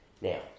Now